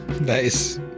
Nice